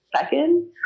second